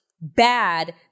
bad